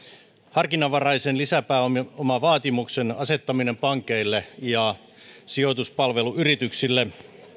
harkinnanvaraisen lisäpääomavaatimuksen asettaminen pankeille ja sijoituspalveluyrityksille